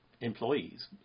employees